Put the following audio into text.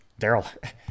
Daryl